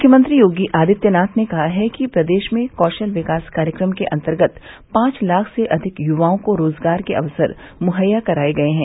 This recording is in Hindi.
मुख्यमंत्री योगी आदित्यनाथ ने कहा कि प्रदेश में कौशल विकास कार्यक्रम के अन्तर्गत पांच लाख से अधिक युवाओं को रोजगार के अवसर मुहैया कराये गये हैं